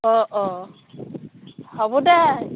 অঁ অঁ হ'ব দে